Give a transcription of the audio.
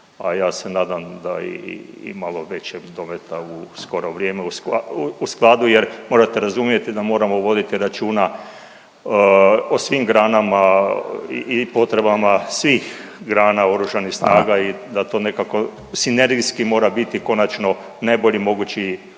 a ja se nadam da i malo većeg domete u skoro vrijeme u skladu jer morate razumjeti da moramo voditi računa o svim granama i potrebama svih grana oružanih snaga …/Upadica Radin: Hvala./… i da to nekako sinergijski mora biti konačno najbolji mogući